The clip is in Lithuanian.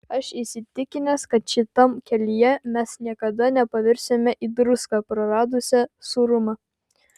aš įsitikinęs kad šitam kelyje mes niekada nepavirsime į druską praradusią sūrumą